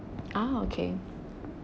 ah okay